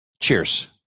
Cheers